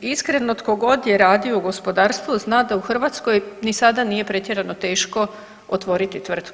iskreno tko god je radio u gospodarstvu zna da u Hrvatskoj ni sada nije pretjerano teško otvoriti tvrtku.